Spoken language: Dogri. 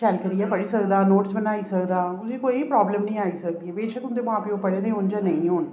शैल करियै पढ़ी सकदा नोटस बनाई सकदा उसी कोई प्राब्लम निं आई सकदी बेशक्क उंदे मां प्यो पढ़े दे होन जां नेईं होन